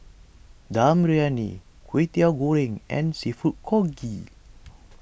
Dum Briyani Kwetiau Goreng and Seafood Congee